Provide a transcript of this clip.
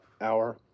hour